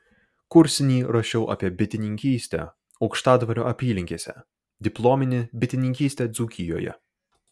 kursinį rašiau apie bitininkystę aukštadvario apylinkėse diplominį bitininkystę dzūkijoje